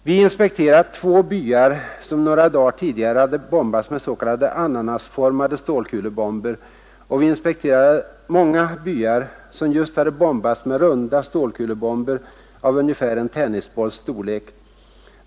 Vi inspekterade två byar, som några dagar tidigare hade bombats med s.k. ananasformade stålkulebomber, och vi inspekterade också många byar som just hade bombats med runda stålkulebomber av ungefär en tennisbolls storlek.